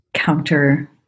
counter